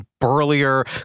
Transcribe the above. burlier